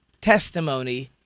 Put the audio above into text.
testimony